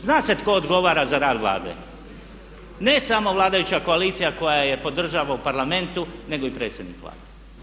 Zna se tko odgovara za rad Vlade, ne samo vladajuća koalicija koja je podržava u Parlamentu nego i predsjednik Vlade.